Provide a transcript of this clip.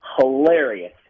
hilarious